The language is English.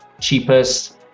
cheapest